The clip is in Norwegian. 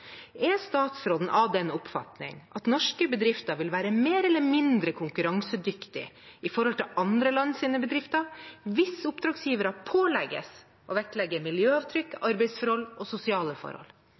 Er statsråden av den oppfatning at norske bedrifter vil være mer eller mindre konkurransedyktige i forhold til andre lands bedrifter hvis oppdragsgivere pålegges å vektlegge miljøavtrykk,